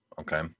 okay